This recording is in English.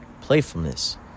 playfulness